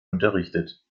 unterrichtet